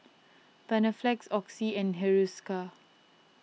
Panaflex Oxy and Hiruscar